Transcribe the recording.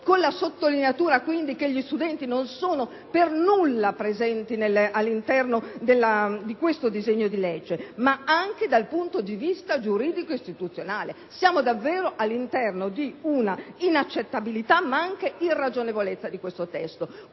con la sottolineatura quindi che gli studenti non sono per nulla presenti all'interno di questo disegno di legge, ma anche dal punto di vista giuridico e istituzionale. Siamo davvero all'interno di una inaccettabilità ma anche irragionevolezza di questo testo.